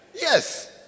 Yes